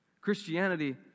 Christianity